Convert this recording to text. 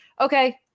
okay